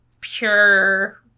pure